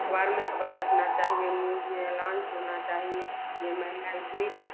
अख़बार में ख़बर छपना चाहिए न्यूज़ में अलाउंस होना चाहिए यह महिला इतनी